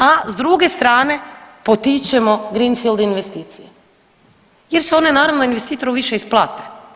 A s druge strane potičemo greenfield investicije jer se one naravno investitoru više isplate.